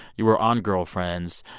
you were on girlfriends.